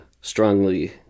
strongly